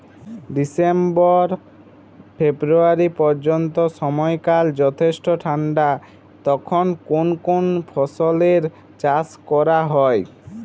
December February পর্যন্ত সময়কাল যথেষ্ট ঠান্ডা তখন কোন কোন ফসলের চাষ করা হয়?